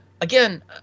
Again